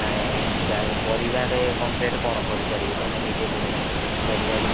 ନାଇ ପରିବାରେ କମ୍ ରେଟ୍ କଣ କରିପାରିବି ତମେ ନିଜେ କହୁନ ପରିବା ଜିନିଷ